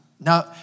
Now